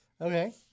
Okay